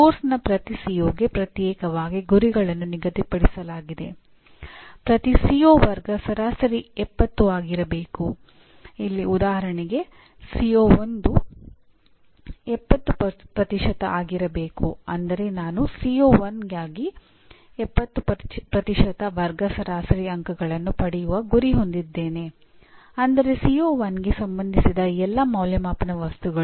ಪಠ್ಯಕ್ರಮದ ಪ್ರತಿ ಸಿಒಗೆ ನಲ್ಲಿ ಶೇಕಡಾ 70 ಅಂಕಗಳು ಆಗಿರಬೇಕು